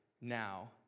now